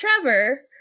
Trevor